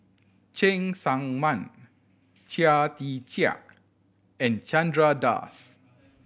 Cheng Tsang Man Chia Tee Chiak and Chandra Das